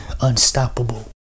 Unstoppable